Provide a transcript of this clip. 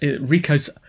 Rico's